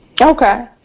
Okay